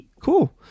Cool